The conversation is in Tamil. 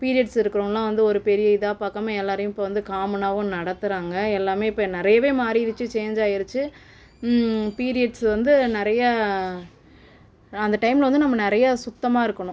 பீரியட்ஸ் இருக்கிறவுங்களாம் வந்து ஒரு பெரிய இதாக பார்க்காம எல்லோரையும் இப்போது வந்து காமனாகவும் நடத்துகிறாங்க எல்லாமே இப்போ என் நிறையவே மாறிருச்சு சேஞ்ச் ஆகிருச்சு பீரியட்ஸு வந்து நிறைய ரா அந்த டைமில் வந்து நம்ம நிறைய சுத்தமாக இருக்கணும்